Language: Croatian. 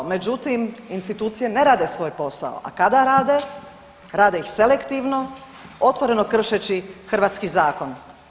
Međutim, institucije ne rade svoj posao, a kada rade rade ih selektivno otvoreno kršeći hrvatski zakon.